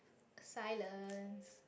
silence